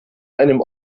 einem